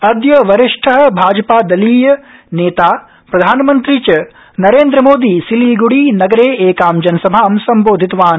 अद्य वरिष्ठ भाजपादलीय नेता प्रधानमन्त्री च नरेन्द्रमोदी सिलीगुड़ी नगरे एकां जनसभां सम्बोधितवान्